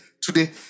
Today